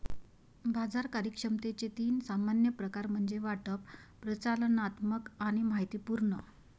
बाजार कार्यक्षमतेचे तीन सामान्य प्रकार म्हणजे वाटप, प्रचालनात्मक आणि माहितीपूर्ण